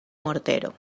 mortero